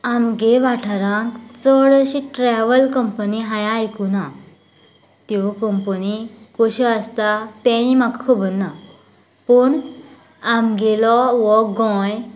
आमगे वाठारान चड अशी ट्रेवल कंपनी हायें आयकूना त्यो कंपनी कश्यो आसतात तेंय म्हाका खबर ना पूण आमगेलो हो गोंय